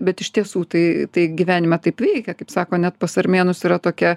bet iš tiesų tai tai gyvenime taip veikia kaip sako net pas armėnus yra tokia